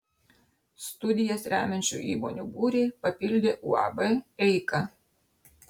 studijas remiančių įmonių būrį papildė uab eika